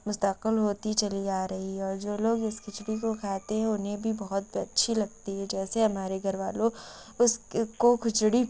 مستقل ہوتی چلی آ رہی ہے اور جو لوگ اس کھچڑی کو کھاتے ہیں انہیں بھی بہت اچھی لگتی ہے جیسے ہمارے گھر والوں اس کو کھچڑی